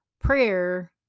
prayer